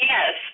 Yes